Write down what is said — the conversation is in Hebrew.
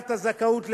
לקביעת הזכאות לגמלה.